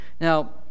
Now